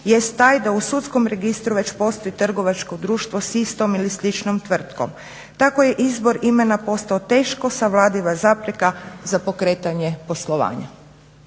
jest taj da u sudskom registru već postoji trgovačko društvo s istom ili sličnom tvrtkom. Tako je izbor imena postao teško savladiva zapreka za pokretanje poslovanja.